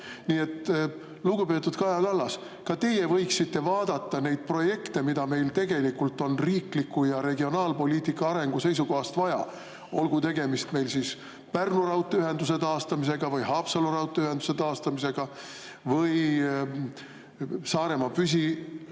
Nii et, lugupeetud Kaja Kallas, ka teie võiksite vaadata neid projekte, mida meil tegelikult on riikliku ja regionaalpoliitika arengu seisukohast vaja – olgu tegemist Pärnu raudteeühenduse taastamisega või Haapsalu raudteeühenduse taastamisega või Saaremaa püsiühenduse